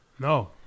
No